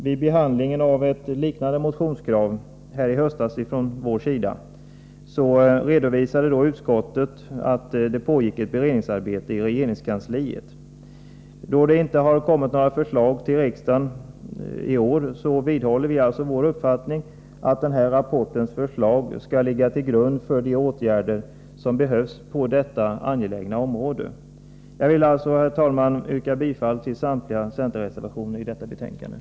Vid behandligen av ett liknande motionskrav från vår sida i höstas hänvisade utskottet till att ett utredningsarbete pågick i regeringskansliet. Eftersom några förslag ännu inte har presenterats i riksdagen vidhåller vi vår uppfattning att den nämnda rapportens förslag bör ligga till grund för de åtgärder som krävs på detta angelägna område. Herr talman! Jag vill med detta yrka bifall till samtliga centerreservationer i betänkandet.